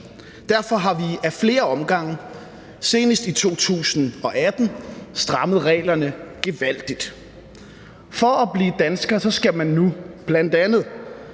Derfor har vi ad flere omgange, senest i 2018, strammet reglerne gevaldigt. For at blive dansker skal man nu bl.a.